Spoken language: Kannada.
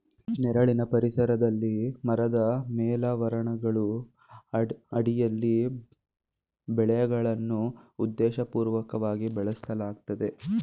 ನೆರಳಿನ ಪರಿಸರದಲ್ಲಿ ಮರದ ಮೇಲಾವರಣಗಳ ಅಡಿಯಲ್ಲಿ ಬೆಳೆಗಳನ್ನು ಉದ್ದೇಶಪೂರ್ವಕವಾಗಿ ಬೆಳೆಸಲಾಗ್ತದೆ